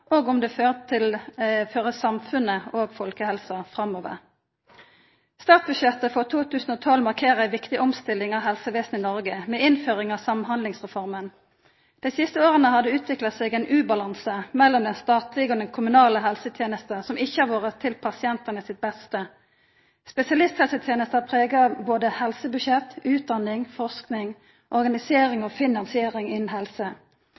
og om det fører samfunnet og folkehelsa framover. Statsbudsjettet for 2012 markerer med innføringa av Samhandlingsreforma ei viktig omstilling av helsevesenet i Noreg. Dei siste åra har det utvikla seg ein ubalanse mellom den statlege og den kommunale helsetenesta som ikkje har vore til pasientane sitt beste. Spesialisthelsetenesta har prega både helsebudsjett, utdanning, forsking, organisering og finansiering innan helse.